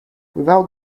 without